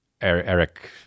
Eric